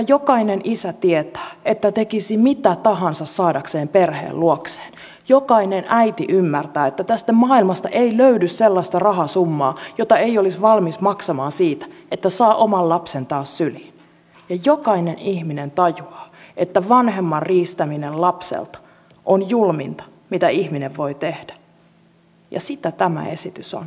jokainen isä tietää että tekisi mitä tahansa saadakseen perheen luokseen jokainen äiti ymmärtää että tästä maailmasta ei löydy sellaista rahasummaa jota ei olisi valmis maksamaan siitä että saa oman lapsen taas syliin ja jokainen ihminen tajuaa että vanhemman riistäminen lapselta on julminta mitä ihminen voi tehdä ja sitä tämä esitys on